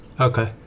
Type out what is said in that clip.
Okay